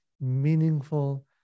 meaningful